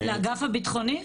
לאגף הביטחוני?